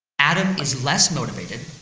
adam is less motivated,